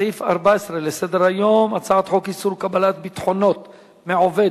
סעיף 14 לסדר-היום: הצעת חוק איסור קבלת ביטחונות מעובד,